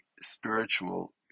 spiritual